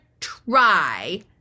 try